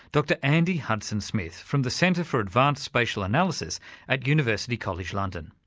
dr andy hudson-smith, from the centre for advanced spatial analysis at university college, london.